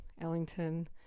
Ellington